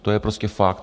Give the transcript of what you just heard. To je prostě fakt.